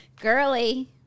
Girly